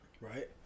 right